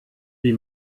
wie